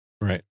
right